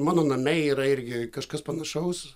mano name yra irgi kažkas panašaus